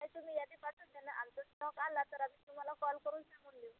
ताई तुम्ही यादी पाठवून द्या ना आमचा स्टॉक आला तर आम्ही तुम्हाला कॉल करून सांगून देऊ